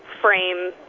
frame